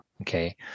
Okay